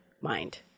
mind